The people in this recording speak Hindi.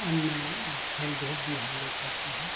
उनमें खेल धूप भी हम लोग करते हैं